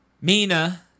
Mina